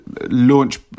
launch